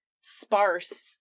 sparse